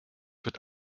wird